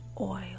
oil